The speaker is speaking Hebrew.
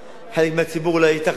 חלק מהציבור אולי התאכזב